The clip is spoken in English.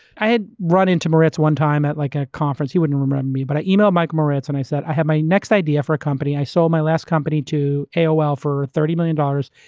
i had run into moritz one time at like a conference and he wouldn't remember me but i emailed michael moritz and i said, i have my next idea for a company. i sold my last company to aol for thirty million dollars,